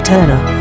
Turner